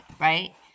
right